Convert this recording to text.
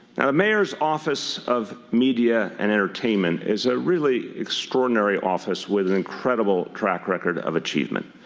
now the mayor's office of media and entertainment is a really extraordinary office with an incredible track record of achievement.